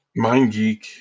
MindGeek